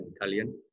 italian